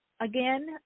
again